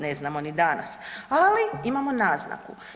Ne znamo ni danas, ali imamo naznaku.